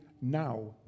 now